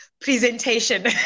presentation